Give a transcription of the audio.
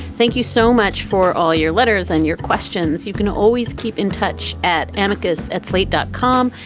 thank you so much for all your letters and your questions. you can always keep in touch at amicus. at slate dot com,